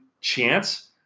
chance